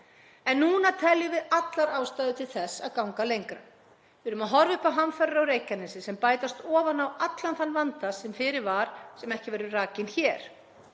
En núna teljum við allar ástæður til þess að ganga lengra. Við erum að horfa upp á hamfarir á Reykjanesi sem bætast ofan á allan þann vanda sem fyrir var sem ekki verður rakinn hér.